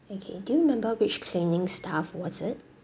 okay do you remember which cleaning staff was it